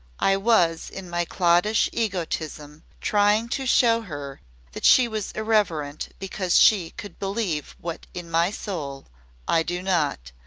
i was in my cloddish egotism trying to show her that she was irreverent because she could believe what in my soul i do not,